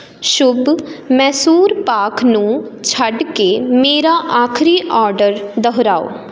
ਸ਼ੁੱਭ ਮੈਸੂਰ ਪਾਕ ਨੂੰ ਛੱਡ ਕੇ ਮੇਰਾ ਆਖਰੀ ਆਰਡਰ ਦੁਹਰਾਓ